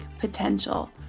potential